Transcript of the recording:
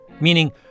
Meaning